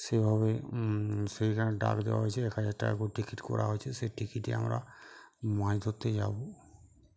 সেভাবে সেইখানে ডাক দেওয়া হয়েছে এক হাজার টাকা করে টিকিট করা হয়েছে সেই টিকিটে আমরা মাছ ধরতে যাব